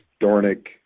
Dornick